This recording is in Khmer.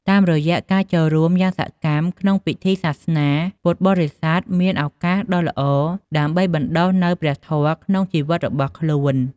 តាមរយៈការចូលរួមយ៉ាងសកម្មក្នុងពិធីសាសនា ពុទ្ធបរិស័ទមានឱកាសដ៏ល្អដើម្បីបណ្ដុះនូវព្រះធម៌ក្នុងជីវិតរបស់ខ្លួន។